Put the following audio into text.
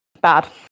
bad